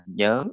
nhớ